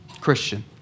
Christian